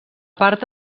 part